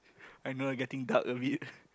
I know I getting dark a bit